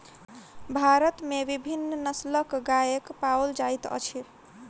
भारत में विभिन्न नस्लक गाय पाओल जाइत अछि